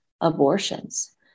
abortions